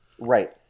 Right